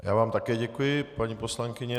Já vám také děkuji, paní poslankyně.